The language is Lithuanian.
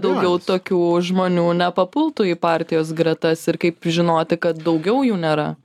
daugiau tokių žmonių nepapultų į partijos gretas ir kaip žinoti kad daugiau jų nėra